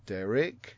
Derek